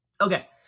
Okay